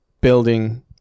building